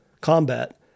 combat